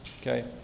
Okay